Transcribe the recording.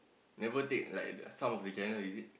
never take like the some of the channel is it